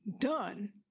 done